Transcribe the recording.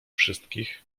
wszystkich